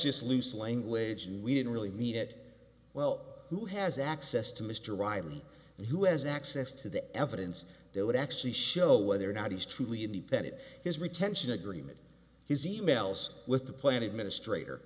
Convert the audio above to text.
just loose language and we don't really need it well who has access to mr reilly and who has access to the evidence that would actually show whether or not he's truly independent his retention agreement his e mails with the plan administrator